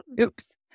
oops